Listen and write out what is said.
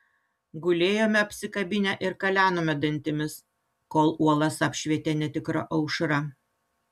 gulėjome apsikabinę ir kalenome dantimis kol uolas apšvietė netikra aušra